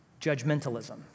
judgmentalism